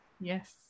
Yes